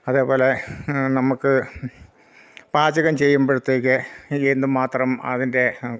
അതേപോലെ നമുക്ക് പാചകം ചെയ്യുമ്പോഴത്തേക്ക് എന്തു മാത്രം അതിൻ്റെ